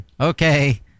Okay